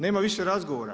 Nema više razgovora.